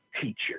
teacher